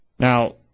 Now